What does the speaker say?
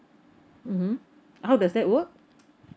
mmhmm how does that work